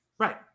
Right